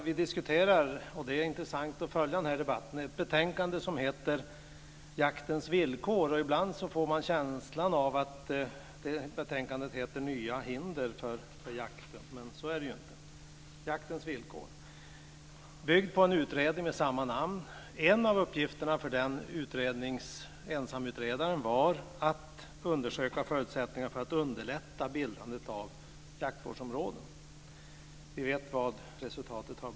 Fru talman! Det är intressant att följa den här debatten där vi diskuterar betänkandet Jaktens villkor. Men ibland får man en känsla av att betänkandet heter Nya hinder för jakten. Så är det alltså inte. Betänkandet bygger på en utredning med samma namn. En av uppgifterna för ensamutredaren har varit att undersöka förutsättningarna för att underlätta bildandet av jaktvårdsområden och vi vet vad resultatet är.